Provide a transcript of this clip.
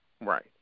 Right